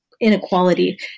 inequality